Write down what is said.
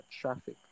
traffic